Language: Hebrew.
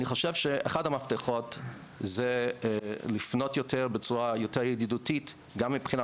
אני חושב שאחד המפתחות זה לפנות בצורה יותר ידידותית גם מבחינה